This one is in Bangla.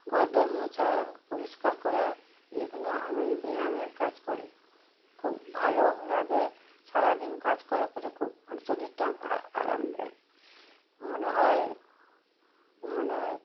ঘরদোর মোছা পরিষ্কার করা এইগুলো আমি ব্যায়ামের কাজ করে খুব ভালো লাগে সারাদিন কাজ করার পরে খুব আমার শরীরটা আরাম দেয় মনে হয় মনে হয়